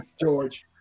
George